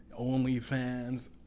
OnlyFans